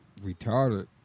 retarded